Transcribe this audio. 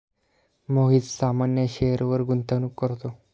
मोहित सामान्य शेअरवर गुंतवणूक करतो